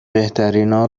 بهترینا